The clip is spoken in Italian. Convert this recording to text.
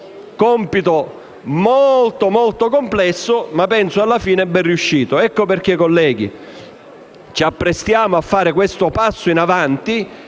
Un lavoro molto complesso, ma penso, alla fine, ben riuscito. Ecco perché, colleghi, ci apprestiamo a fare questo passo in avanti.